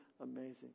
amazing